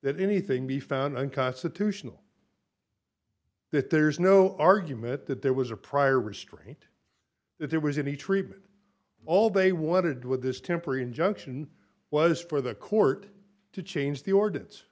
that anything be found unconstitutional that there is no argument that there was a prior restraint that there was any treatment all they wanted with this temporary injunction was for the court to change the ordinance